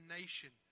nation